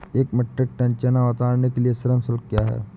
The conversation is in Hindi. एक मीट्रिक टन चना उतारने के लिए श्रम शुल्क क्या है?